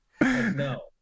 no